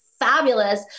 fabulous